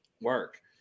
work